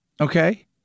okay